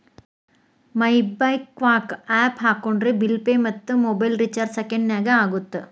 MobiKwik app ಹಾಕೊಂಡ್ರೆ bill pay ಮತ್ತ mobile recharge ಸೆಕೆಂಡನ್ಯಾಗ ಆಗತ್ತ